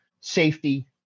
safety